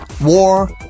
war